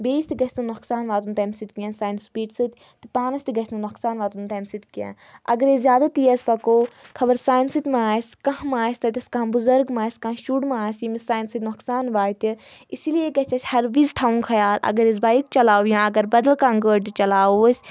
بیٚیِس تہِ گژھِ نہٕ نۄقصان واتُن تَمہِ سۭتۍ کینٛہہ سانہِ سِپیٖڈ سۭتۍ تہٕ پانَس تہِ گژھِ نہٕ نۄقصان واتُن تَمہِ سۭتۍ کیٚنہہ اَگر أسۍ زیادٕ تیز پَکو خبر سانہِ سۭتۍ ما آسہِ کانہہ ما آسہِ تَتؠس کانٛہہ بُزَرگ ما آسہِ کانٛہہ شُر ما آسہِ ییٚمِس سانہِ سۭتۍ نۄقصان واتہِ اسی لیے گژھِ اَسہِ ہر وِزِ تھاوُن خیال اگر أسۍ بایِک چَلاوو یا اگر بَدل کانٛہہ گٲڑۍ تہِ چَلاوو أسۍ